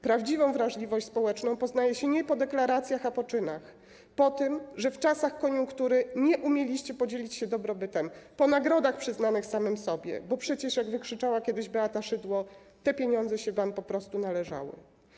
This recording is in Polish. Prawdziwą wrażliwość społeczną poznaje się nie po deklaracjach, a po czynach, po tym, że w czasach koniunktury nie umieliście podzielić się dobrobytem, po nagrodach przyznanym samym sobie, bo przecież, jak wykrzyczała kiedyś Beata Szydło, te pieniądze się wam po prostu należały.